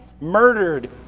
murdered